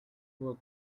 work